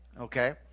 Okay